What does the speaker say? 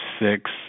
six